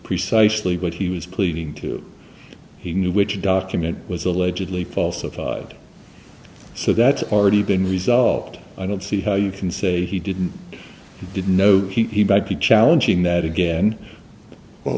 precisely what he was pleading to he knew which document was allegedly falsified so that's already been resolved i don't see how you can say he didn't didn't know he by be challenging that again well